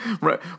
Right